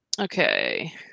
Okay